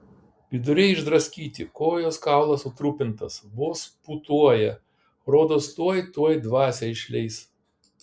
viduriai išdraskyti kojos kaulas sutrupintas vos pūtuoja rodos tuoj tuoj dvasią išleis